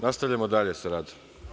Nastavljamo dalje sa radom.